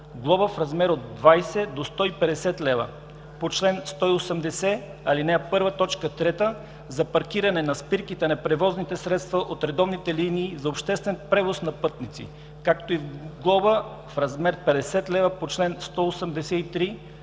глоба в размер от 20 до 150 лв. – по чл. 180, ал. 1, т. 3, за паркиране на спирките на превозните средства от редовните линии за обществен превоз на пътници, както и глоба в размер 50 лв. – по чл. 183,